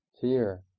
fear